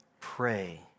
Pray